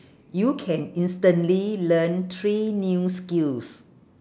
you can instantly learn three new skills